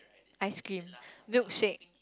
ice cream milk shake